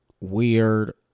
weird